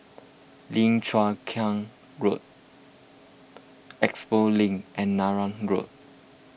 Lim Chu Kang Road Expo Link and Neram Road